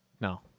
No